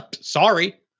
sorry